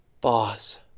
Boss